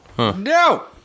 No